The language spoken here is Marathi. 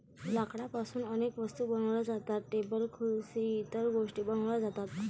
लाकडापासून अनेक वस्तू बनवल्या जातात, टेबल खुर्सी इतर गोष्टीं बनवल्या जातात